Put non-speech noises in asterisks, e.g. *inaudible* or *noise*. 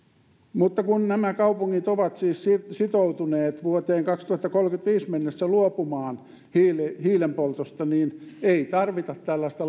mutta kun nämä kaupungit ovat siis sitoutuneet vuoteen kaksituhattakolmekymmentäviisi mennessä luopumaan hiilen hiilen poltosta niin ei tarvita tällaista *unintelligible*